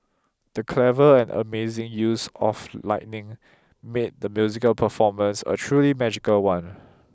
the clever and amazing use of lighting made the musical performance a truly magical one